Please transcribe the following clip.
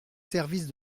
services